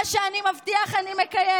מה שאני מבטיח אני מקיים.